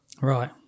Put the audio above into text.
Right